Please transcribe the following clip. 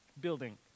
building